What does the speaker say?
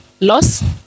loss